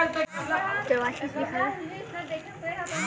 मै ह एक छोटे किसान हंव का मोला कोनो प्रकार के ऋण मिल सकत हे का?